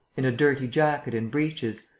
in a dirty jacket and breeches,